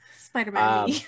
Spider-Man